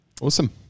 awesome